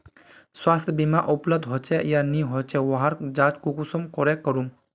स्वास्थ्य बीमा उपलब्ध होचे या नी होचे वहार जाँच कुंसम करे करूम?